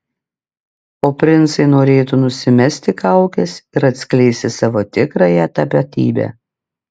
o princai norėtų nusimesti kaukes ir atskleisti savo tikrąją tapatybę